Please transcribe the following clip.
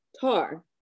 Tar